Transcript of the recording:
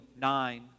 nine